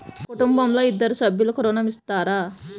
ఒక కుటుంబంలో ఇద్దరు సభ్యులకు ఋణం ఇస్తారా?